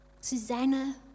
Susanna